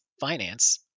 finance